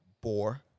boar